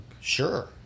Sure